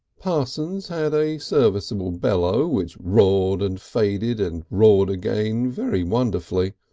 parsons had a serviceable bellow, which roared and faded and roared again very wonderfully